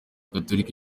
gatolika